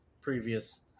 previous